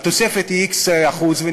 התוספת היא x אחוז,